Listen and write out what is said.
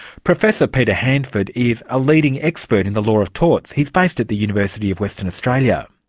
professor peter handford is a leading expert in the law of torts. he's based at the university of western australia.